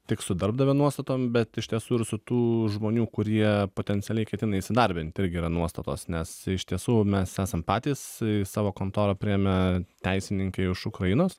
tik su darbdavio nuostatom bet iš tiesų ir su tų žmonių kurie potencialiai ketina įsidarbinti irgi yra nuostatos nes iš tiesų mes esam patys savo kontorą priėmę teisininkę iš ukrainos